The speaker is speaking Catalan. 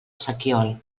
sequiol